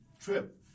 trip